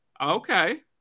okay